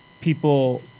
people